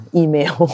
email